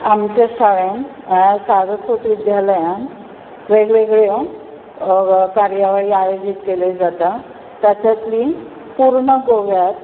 आमच्या शाळेंत म्हळ्यार सारस्वत विद्यालयांत वेग वेगळ्यो कार्यावळी आयोजीत केल्ल्यो जाता ताच्यातली पुर्ण गोव्यात